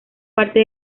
parte